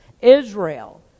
Israel